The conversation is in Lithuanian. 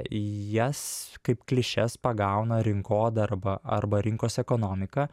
jas kaip klišes pagauna rinkodarba arba rinkos ekonomika